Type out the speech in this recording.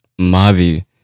mavi